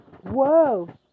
Whoa